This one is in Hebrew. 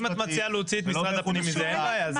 אם את מציעה להוציא את משרד הפנים אין בעיה,